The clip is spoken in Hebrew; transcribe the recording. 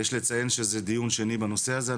יש לציין שזה דיון שני בנושא הזה.